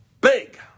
big